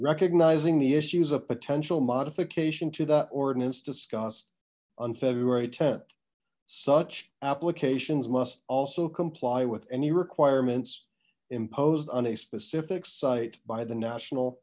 recognizing the issues of potential modification to that ordinance discussed on february th such applications must also comply with any requirements imposed on a specific site by the national